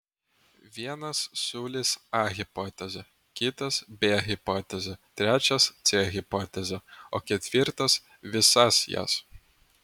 vienas siūlys a hipotezę kitas b hipotezę trečias c hipotezę o ketvirtas visas jas